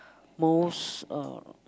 most uh